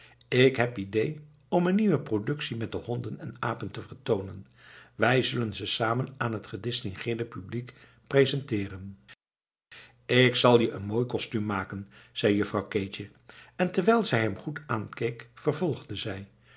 ik heb idee om een nieuwe productie met de honden en apen te vertoonen wij zullen ze samen aan het gedistingeerd publiek presenteeren k zal je een mooi kostuum maken zei juffrouw keetje en terwijl zij hem goed aankeek vervolgde zij